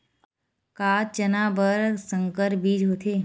का चना बर संकर बीज होथे?